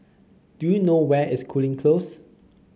do you know where is Cooling Close